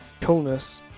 coolness